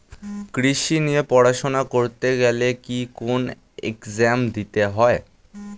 কৃষি নিয়ে পড়াশোনা করতে গেলে কি কোন এগজাম দিতে হয়?